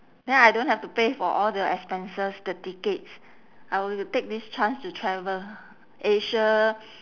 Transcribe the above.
then I don't have to pay for all the expenses the tickets I will take this chance to travel asia